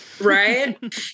Right